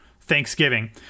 Thanksgiving